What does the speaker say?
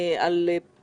על כך